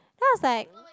then I was like